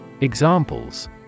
Examples